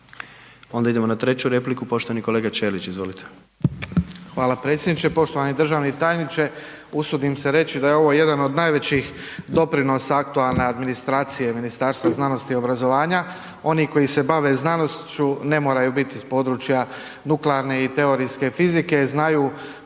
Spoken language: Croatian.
Onda idemo na treću repliku, poštovani kolega Ćelić, izvolite.